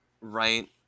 Right